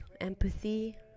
empathy